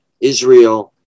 Israel